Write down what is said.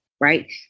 right